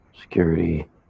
security